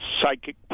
psychic